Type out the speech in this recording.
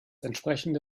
entsprechende